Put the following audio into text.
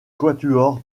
quatuor